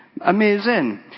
Amazing